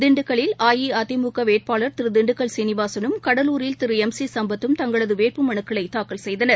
திண்டுக்கல்லில் அஇஅதிமுக வேட்பாளர் திரு திண்டுக்கல் சீனிவாசனும் கடலூரில் திரு ளம் சி சம்பத்தும் தங்களது வேட்புமலுக்களை தாக்கல் செய்தனர்